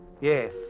Yes